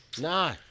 No